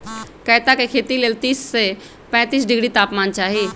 कैता के खेती लेल तीस से पैतिस डिग्री तापमान चाहि